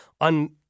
on